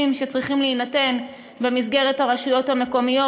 שצריכים להינתן במסגרת הרשויות המקומיות,